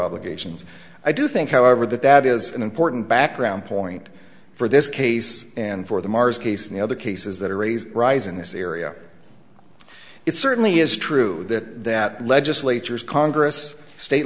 obligations i do think however that that is an important background point for this case and for the mars case and the other cases that are raise rise in this area it certainly is true that that legislatures congress state